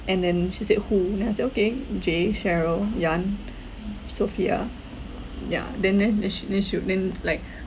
and then she said who and then I said okay jay cheryl yan sophia ya then then then she then she wou~ then like